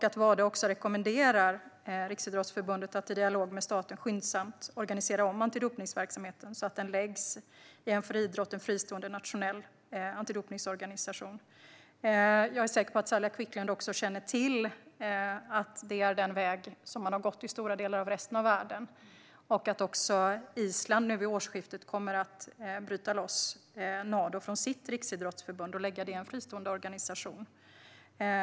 Wada rekommenderar Riksidrottsförbundet att i dialog med staten skyndsamt organisera om antidopningsverksamheten så att den förläggs i en från idrotten fristående nationell antidopningsorganisation. Jag är säker på att Saila Quicklund också känner till att det är den väg som man har valt i stora delar av resten av världen. Vid årsskiftet kommer Island att bryta loss Nado från sitt riksidrottsförbund och göra det till en fristående organisation.